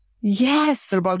Yes